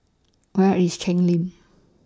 Where IS Cheng Lim